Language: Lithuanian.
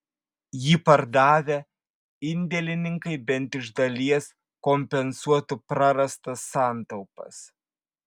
jį pardavę indėlininkai bent iš dalies kompensuotų prarastas santaupas